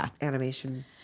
animation